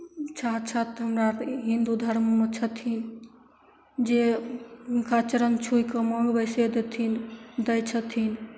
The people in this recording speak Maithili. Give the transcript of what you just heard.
अच्छा अच्छा हमरा हिन्दू धर्ममे छथिन जे हुनका चरण छूके मँगबय से देथिन दै छथिन